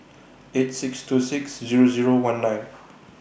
eight six two six Zero Zero one nine